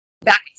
back